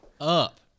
up